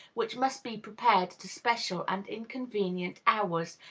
which must be prepared at especial and inconvenient hours,